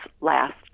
last